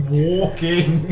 walking